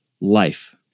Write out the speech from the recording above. life